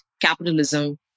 capitalism